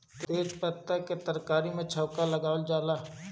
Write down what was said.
तेजपात से तरकारी में छौंका लगावल जाला